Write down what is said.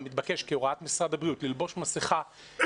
מתבקש כהוראת משרד הבריאות לעטות מסיכות,